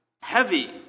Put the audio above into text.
heavy